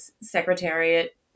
secretariat